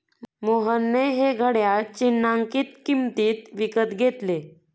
मोहनने हे घड्याळ चिन्हांकित किंमतीत विकत घेतले